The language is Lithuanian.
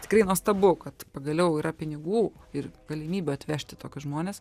tikrai nuostabu kad pagaliau yra pinigų ir galimybių atvežti tokius žmones